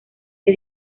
que